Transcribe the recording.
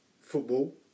football